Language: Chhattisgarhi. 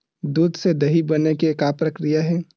दूध से दही बने के का प्रक्रिया हे?